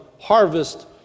harvest